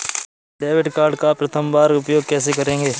Debit card का प्रथम बार उपयोग कैसे करेंगे?